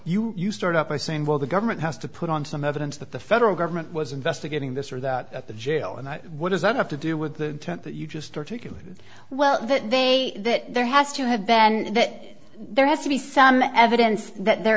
you you start out by saying well the government has to put on some evidence that the federal government was investigating this or that at the jail and what does that have to do with the tent that you just articulated well that they that there has to have ben that there has to be some evidence that their